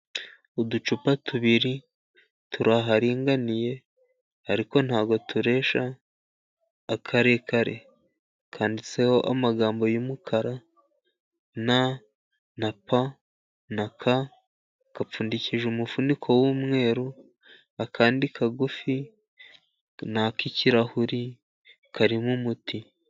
Uducupa tubiri turi aharinganiye ariko ntago turesha. Akarekare kanditseho amagambo y'umukara na na pa na ka, gapfundikije umufuniko w'umweru, akandi kagufi ni ak'ikirahuri, karimo umuti.